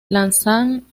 lanzan